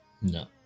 No